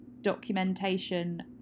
documentation